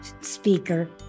Speaker